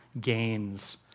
gains